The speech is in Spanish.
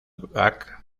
back